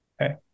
Okay